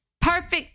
perfect